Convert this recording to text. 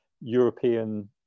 European